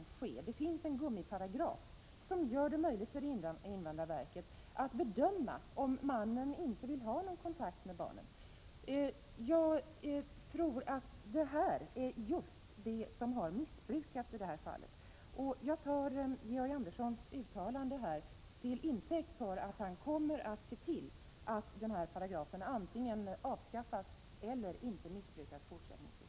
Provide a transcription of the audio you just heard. Det finns en gummiparagraf som gör det möjligt för invandrarverket att bedöma om mannen inte vill ha någon kontakt med barnen. Jag tror att det är just detta som har missbrukats i det här fallet. Jag tar Georg Anderssons uttalande till intäkt för att han kommer att se till att denna paragraf antingen avskaffas eller att den fortsättningsvis inte missbrukas.